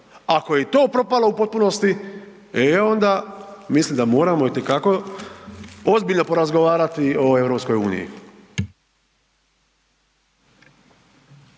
Ako je i ti propalo u potpunosti, e onda mislim da moramo itekako ozbiljno porazgovarati o EU.